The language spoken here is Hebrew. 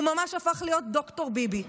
הוא ממש הפך להיות ד"ר ביבי,